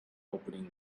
opening